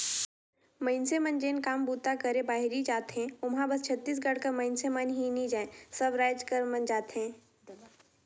मइनसे मन जेन काम बूता करे बाहिरे जाथें ओम्हां बस छत्तीसगढ़ कर मइनसे मन ही नी जाएं सब राएज कर मन जाथें